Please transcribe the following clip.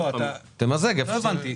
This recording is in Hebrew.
לא הבנתי.